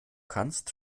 kannst